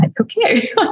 okay